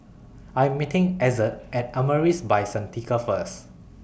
I Am meeting Ezzard At Amaris By Santika First